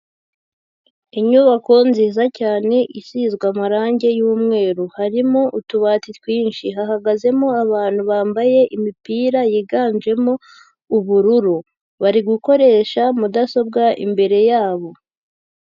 Inyubako nziza cyane isizwe amarange y'umweru, harimo utubati twinshi, hahagazemo abantu bambaye imipira yiganjemo ubururu, bari gukoresha mudasobwa imbere yabo.